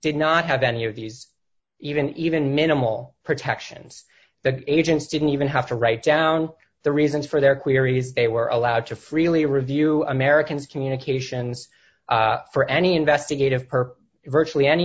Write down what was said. did not have that you know these even even minimal protections the agents didn't even have to write down the reasons for their queries they were allowed to freely review americans communications for any investigative per virtually any